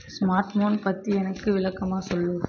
smartphone பற்றி எனக்கு விளக்கமாக சொல்லு